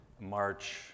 March